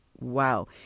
Wow